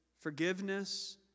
forgiveness